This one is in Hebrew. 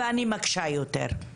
ואני מקשה יותר.